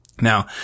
Now